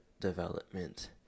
development